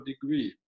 degree